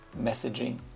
messaging